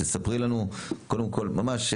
ספרי לנו קודם ממש,